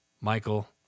Michael